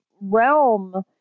realm